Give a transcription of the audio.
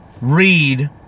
read